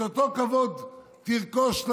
את אותו כבוד תרחש,